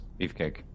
beefcake